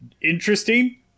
interesting